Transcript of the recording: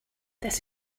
this